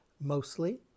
mostly